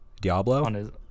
Diablo